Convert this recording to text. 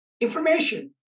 information